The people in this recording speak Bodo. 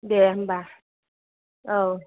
दे होनबा औ